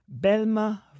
Belma